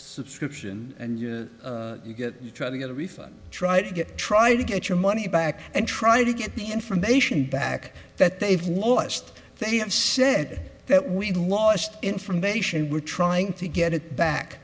subscription and you get to try to get a refund try to get try to get your money back and try to get the information back that they've lost they have said that we lost information we're trying to get it back